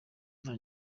nta